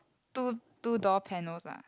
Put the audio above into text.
two two door panels ah